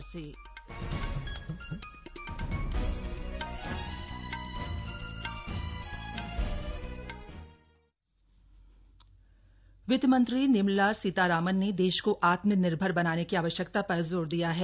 वित्त मंत्री भेंट वित्तमंत्री निर्मला सीतारामन ने देश को आत्मनिर्भर बनाने की आवश्यकता पर जोर दिया है